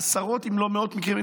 ובעשרות אם לא מאות מקרים,